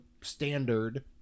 standard